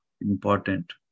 important